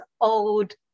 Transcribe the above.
old